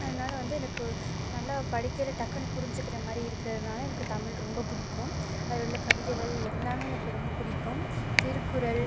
அதனால் வந்து எனக்கு நல்லா படிக்கையில் டக்குனு புரிஞ்சுக்கிற மாதிரி இருக்கிறனால எனக்கு தமிழ் ரொம்ப பிடிக்கும் அதில் உள்ள கவிதைகள் எல்லாமே எனக்கு ரொம்ப பிடிக்கும் திருக்குறள்